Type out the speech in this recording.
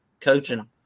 coaching